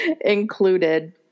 included